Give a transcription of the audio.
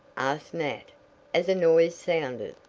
asked nat as a noise sounded.